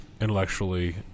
intellectually